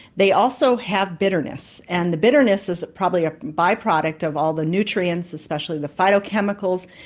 they also have bitterness, and the bitterness is probably a by-product of all the nutrients, especially the phytochemicals,